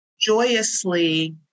joyously